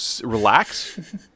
Relax